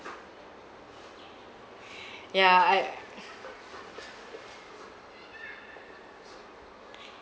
ya I uh